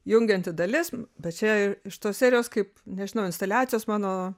jungianti dalis bet čia iš tos serijos kaip nežinau instaliacijos mano